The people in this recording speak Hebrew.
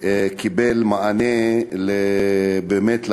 קיבל מענה באמת.